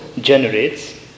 generates